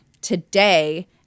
today